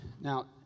Now